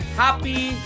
happy